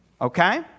Okay